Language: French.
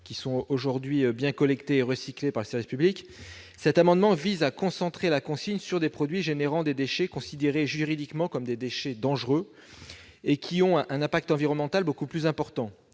qui sont aujourd'hui bien collectées et recyclées par le service public, cet amendement vise à concentrer la consigne sur des produits sources de déchets considérés juridiquement comme des déchets dangereux, qui ont un impact environnemental beaucoup plus important.